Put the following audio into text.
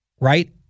right